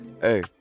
Hey